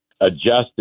adjusted